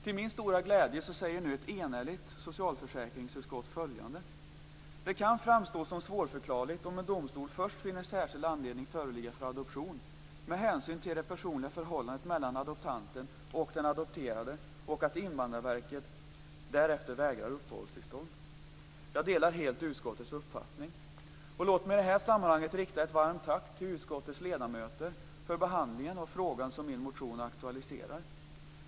Till min stora glädje säger ett enhälligt socialförsäkringsutskott följande: "Det kan också framstå som svårförklarligt om en domstol först finner särskild anledning föreligga för adoption med hänsyn till det personliga förhållandet mellan adoptanten och den adopterade och att Invandrarverket därefter vägrar uppehållstillstånd." Jag delar helt utskottets uppfattning. Låt mig i det här sammanhanget rikta ett varmt tack till utskottets ledamöter för behandlingen av frågan som min motion aktualiserar.